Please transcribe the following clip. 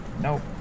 Nope